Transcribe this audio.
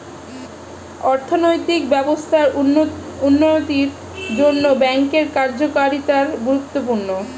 অর্থনৈতিক ব্যবস্থার উন্নতির জন্যে ব্যাঙ্কের কার্যকারিতা গুরুত্বপূর্ণ